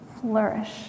flourish